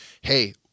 Hey